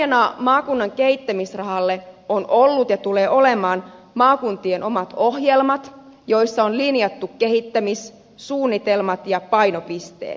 pohjana maakunnan kehittämisrahalle ovat olleet ja tulevat olemaan maakuntien omat ohjelmat joissa on linjattu kehittämissuunnitelmat ja painopisteet